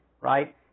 right